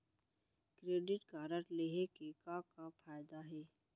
Credit card लेहे के का का फायदा हे?